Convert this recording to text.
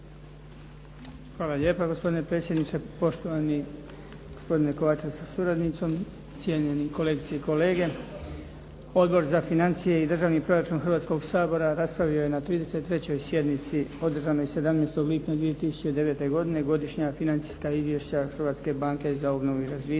Hvala lijepa. Gospodine predsjedniče, poštovani gospodine Kovačević sa suradnicom, cijenjeni kolegice i kolege. Odbor za financije i državni proračun Hrvatskoga sabora raspravio je na 33. sjednici održanoj 17. lipnja 2009. godine Godišnja financijska izvješća Hrvatske banke za obnovu i razvitak